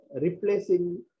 replacing